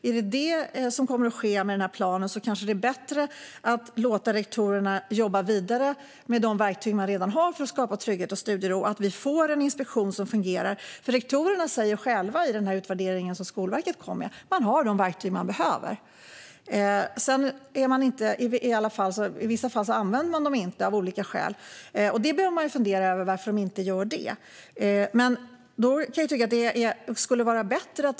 Om det är vad som kommer att ske med planen kanske det är bättre att låta rektorerna jobba vidare med de verktyg de redan har för att skapa trygghet och studiero och att det skapas en inspektion som fungerar. Rektorerna säger själva i den utvärdering som Skolverket lagt fram att de har de verktyg de behöver. I vissa fall används inte verktygen av olika skäl. Där behöver vi fundera över varför verktygen inte används.